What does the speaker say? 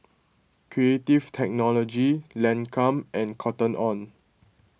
Creative Technology Lancome and Cotton on